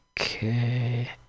Okay